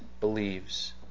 believes